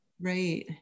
Right